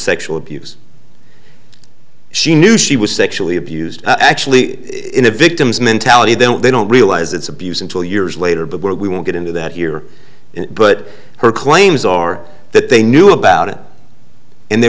sexual abuse she knew she was sexually abused actually in a victim's mentality then they don't realize it's abuse until years later but we won't get into that here but her claims are that they knew about it and they